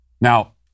Now